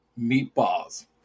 meatballs